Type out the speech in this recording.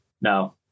No